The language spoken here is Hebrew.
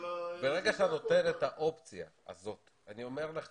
ברגע שאתה נותן את האופציה הזאת, אני אומר לך